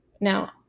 now